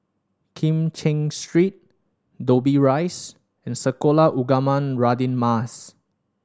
Kim Cheng Street Dobbie Rise and Sekolah Ugama Radin Mas